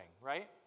right